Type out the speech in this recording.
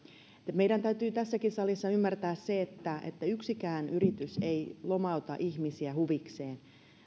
meidän täytyy tässäkin salissa ymmärtää se että että yksikään yritys ei lomauta ihmisiä huvikseen